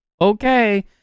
Okay